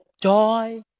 joy